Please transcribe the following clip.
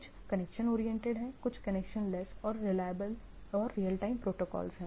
कुछ connection oriented connectionless और real time protocol हैं